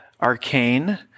arcane